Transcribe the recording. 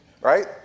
right